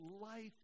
life